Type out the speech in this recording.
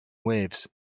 waves